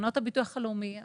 קרנות הביטוח הלאומי,